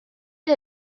had